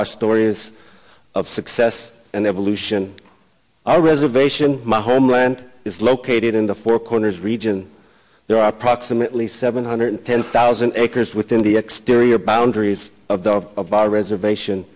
our store as of success and evolution our reservation my homeland is located in the four corners region there are approximately seven hundred ten thousand acres within the exterior boundaries of the of our reservation